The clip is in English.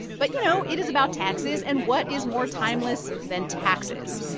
but, you know, it is about taxes, and what is more timeless than taxes?